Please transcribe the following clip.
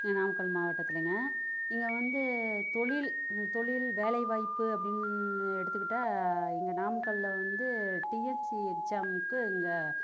இங்கே நாமக்கல் மாவட்டத்திலைங்க இங்கே வந்து தொழில் தொழில் வேலைவாய்ப்பு அப்படின்னு எடுத்துக்கிட்டால் இங்கே நாமக்கல்ல வந்து டிஎஃப்சி எக்சாமுக்கு இங்க